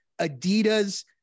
Adidas